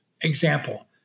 Example